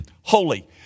holy